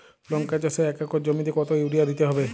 লংকা চাষে এক একর জমিতে কতো ইউরিয়া দিতে হবে?